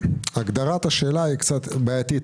הגדרת השאלה היא קצת בעייתית,